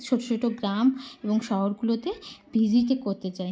ছোটো ছোটো গ্রাম এবং শহরগুলোতে ভিজিট এ করতে চাই